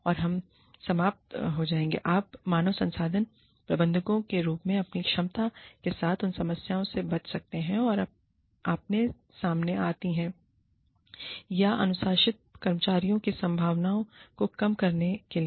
और हम समाप्त हो जाएंगे आप मानव संसाधन प्रबंधकों के रूप में अपनी क्षमता के साथ उन समस्याओं से बच सकते हैं जो आपके सामने आती हैं या अनुशासित कर्मचारियों की संभावनाओं को कम करने के लिए